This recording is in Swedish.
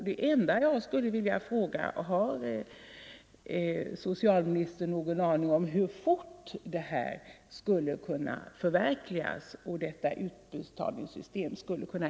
Det enda jag skulle vilja fråga socialministern är, huruvida statsrådet har någon aning om hur snabbt det kan förverkligas och detta utbetalningssystem kan införas.